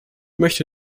möchte